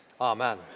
amen